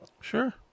Sure